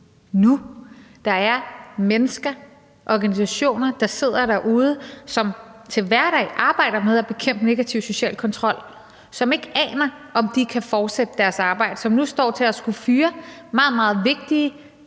nu. Der er mennesker, organisationer, der sidder derude, som til hverdag arbejder med at bekæmpe negativ social kontrol, som ikke aner, om de kan fortsætte deres arbejde, og som nu står til at skulle fyre meget, meget vigtige